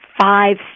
five